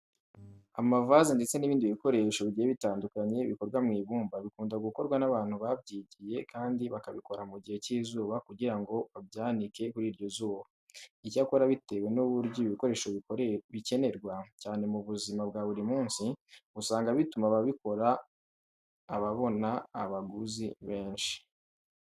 Amavaze ndetse n'ibindi bikoresho bigiye bitandukanye bikorwa mu ibumba bikunda gukorwa n'abantu babyigiye kandi bakabikora mu gihe cy'izuba kugira ngo babyanike kuri iryo zuba. Icyakora bitewe n'uburyo ibi bikoresho bikenerwa cyane mu buzima bwa buri munsi, usanga bituma ababikora ababona abaguzi benshi.